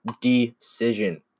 decision